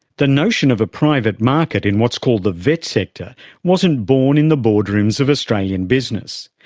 the notion of a private market in what's called the vet sector wasn't born in the boardrooms of australian business.